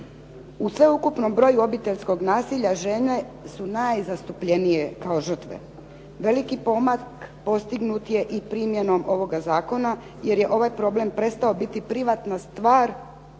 U sveukupnom broju obiteljskog nasilja žene su najzastupljenije kao žrtve. Veliki pomak postignut je i primjenom ovoga zakona, jer je ovaj problem prestao biti privatna stvar